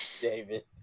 David